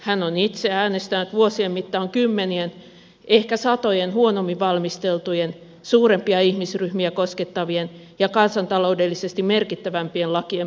hän on itse äänestänyt vuosien mittaan kymmenien ehkä satojen huonommin valmisteltujen suurempia ihmisryhmiä koskettavien ja kansantaloudellisesti merkittävämpien lakien puolesta